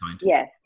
yes